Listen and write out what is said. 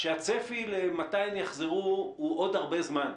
שהצפי למתי הם יחזרו הוא עוד הרבה מזמן,